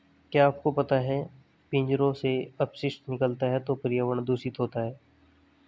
क्या आपको पता है पिंजरों से अपशिष्ट निकलता है तो पर्यावरण दूषित होता है?